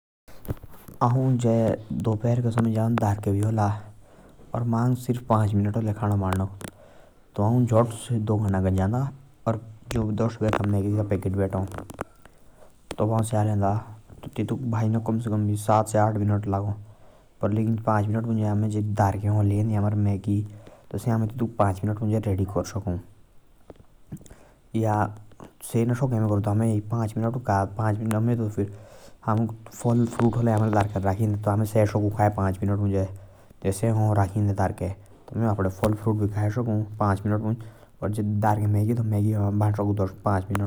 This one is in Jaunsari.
औ जइ दो पहर का समय डार्केबिहोला । और मांग पांच मिनट हाले खनक भनुक। ता औ मागी बंदा जो की जय भाजो।